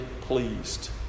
pleased